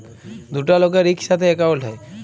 দুটা লকের ইকসাথে একাউল্ট হ্যয়